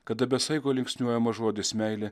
kada be saiko linksniuojamas žodis meilė